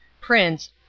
prince